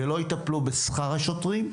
ולא יטפלו בשכר השוטרים,